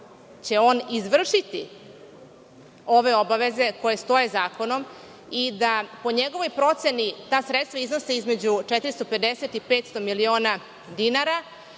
će on izvršiti ove obaveze koje stoje zakonom i da po njegovoj proceni ta sredstva iznose između 450 i 500 miliona dinara.